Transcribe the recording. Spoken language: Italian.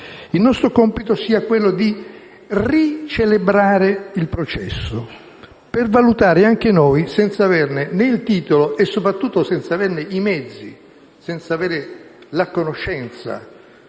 il nostro compito sia quello di ricelebrare il processo per valutare anche noi, senza averne il titolo e soprattutto senza averne i mezzi e senza avere la conoscenza